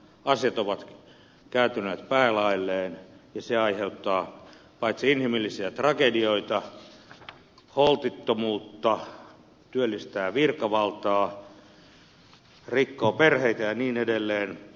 asiat ovat kääntyneet päälaelleen ja se aiheuttaa inhimillisiä tragedioita holtittomuutta työllistää virkavaltaa rikkoo perheitä ja niin edelleen